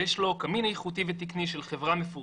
יש לו קמין איכותי ותקני של חברה מפורסמת.